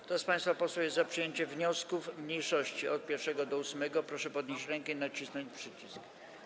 Kto z państwa posłów jest za przyjęciem wniosków mniejszości od 1. do 8., proszę podnieść rękę i nacisnąć przycisk.